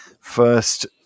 first